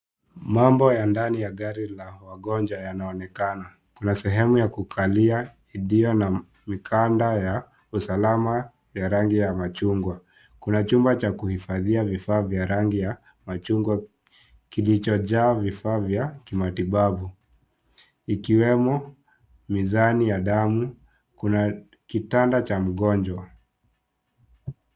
Mambo ya ndani ya gari la wagonjwa yanaonekana, kuna sehemu ya kukalia iliyo na mikanda ya usalama ya rangi machungwa, kuna chuma ya kuhifadhia vifaa vya rangi ya machungwa, kilicho jaa vifaa vya matibabu, ikiwemo mizani ya damu, kuna kitanda cha mgonjwa.